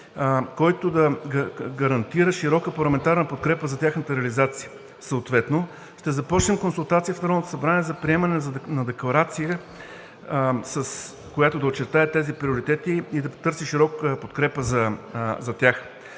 който да гарантира широка парламентарна подкрепа за тяхната реализация. Съответно ще започнем консултации в Народното събрание за приемане на декларация, която да очертае тези приоритети и да потърси широка подкрепа за тях.